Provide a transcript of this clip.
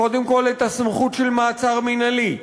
קודם כול, את הסמכות של מעצר מינהלי,